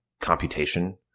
computation